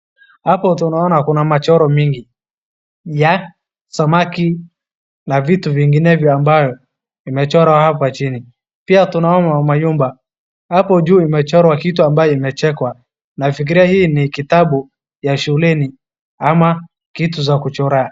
Hapo tunaona kuna machoro mingi, ya samaki na vitu vinginevyo ambayo imechorwa hapa chini, pia tunaona manyumba, hapo juu imechorwa kitu ambayo imechekwa. Nafikiria hii ni kitabu ya shuleni ama kitu za kuchorea.